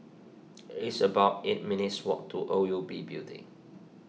it's about eight minutes' walk to O U B Building